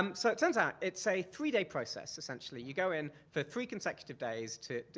um so turns out it's a three day process essentially. you go in for three consecutive days to,